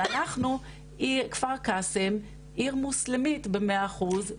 אבל אנחנו כפר קאסם - עיר מוסלמית במאה אחוז,